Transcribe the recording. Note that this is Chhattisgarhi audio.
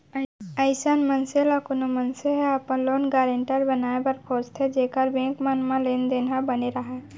अइसन मनसे ल कोनो मनसे ह अपन लोन गारेंटर बनाए बर खोजथे जेखर बेंक मन म लेन देन ह बने राहय